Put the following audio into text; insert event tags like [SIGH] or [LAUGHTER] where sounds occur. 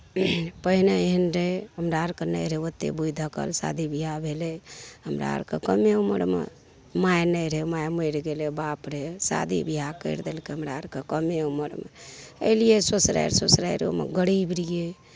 पहिले हिण्डै हमरा आओरकेँ नहि रहै ओतेक बुधिके [UNINTELLIGIBLE] शादी बिआह भेलै हमरा आओरके कमे उमरिमे माइ नहि रहै माइ मरि गेलै बाप रहै शादी बिआह करि देलकै हमरा आओरके कमे उमरिमे अएलिए ससुरारि ससुरारिओमे गरीब रहिए